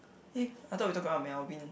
hey I thought we're talking about Melvin